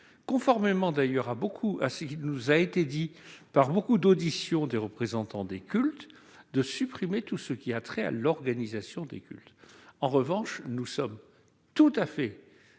conformément d'ailleurs à ce qui nous a été dit par nombre de représentants des cultes durant les auditions, de supprimer tout ce qui a trait à l'organisation des cultes. En revanche, nous sommes tout à fait